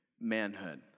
manhood